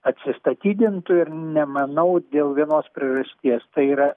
atsistatydintų ir nemanau dėl vienos priežasties tai yra